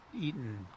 eaten